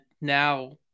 now